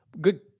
Good